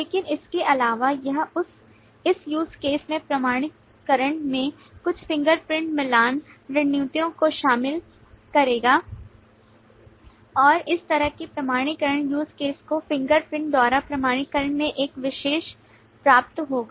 लेकिन इसके अलावा यह इस use cases में प्रमाणीकरण में कुछ फिंगरप्रिंट मिलान रणनीति यों को शामिल करेगा और इस तरह से प्रमाणीकरण use case को फिंगरप्रिंट द्वारा प्रमाणीकरण में एक विशेष प्राप्त होगा